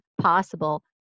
possible